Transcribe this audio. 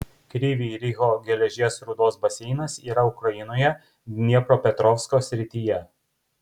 kryvyj riho geležies rūdos baseinas yra ukrainoje dniepropetrovsko srityje